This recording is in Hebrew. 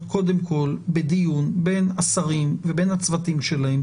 קודם כל בדיון בין השרים ובין הצוותים שלהם.